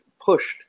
pushed